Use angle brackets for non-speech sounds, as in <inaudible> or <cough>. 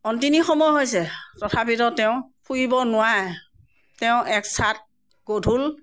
অন্তিম সময় হৈছে তথাপিতো তেওঁ ফুৰিব নোৱাৰে <unintelligible>